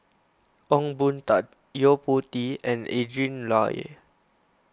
Ong Boon Tat Yo Po Tee and Adrin Loi